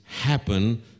happen